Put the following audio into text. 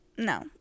No